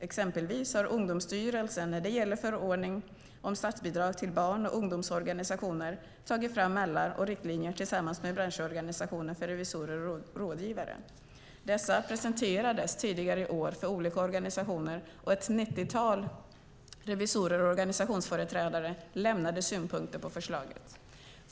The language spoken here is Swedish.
Exempelvis har Ungdomsstyrelsen när det gäller förordningen om statsbidrag till barn och ungdomsorganisationer tagit fram mallar och riktlinjer tillsammans med branschorganisationen för revisorer och rådgivare . Dessa presenterades tidigare i år för olika organisationer, och ett nittiotal revisorer och organisationsföreträdare lämnade synpunkter på förslaget.